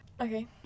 okay